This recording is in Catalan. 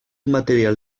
material